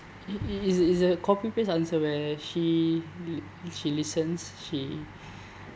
it it's a it's a copy paste answer where she l~ she listens she